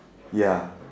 ya